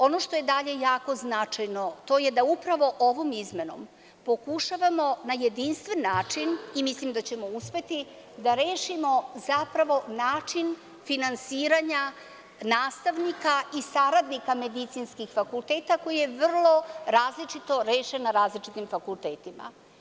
Ono što je dalje jako značajno, to je da upravo ovom izmenom pokušavamo na jedinstven način i mislim da ćemo uspeti da rešimo zapravo način finansiranja nastavnika i saradnika medicinskih fakulteta, koji je vrlo različito rešen na različitim fakultetima.